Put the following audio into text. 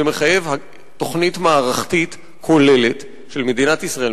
זה מחייב תוכנית מערכתית כוללת של מדינת ישראל,